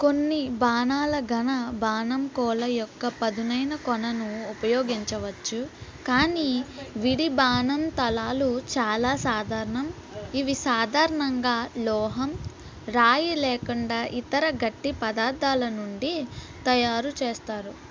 కొన్ని బాణాల ఘన బాణంకోల యొక్క పదునైన కొనను ఉపయోగించవచ్చు కానీ విడి బాణం తలాలు చాలా సాధారణం ఇవి సాధారణంగా లోహం రాయి లేకుండా ఇతర గట్టి పదార్థాల నుండి తయారు చేస్తారు